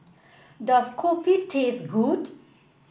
does Kopi taste good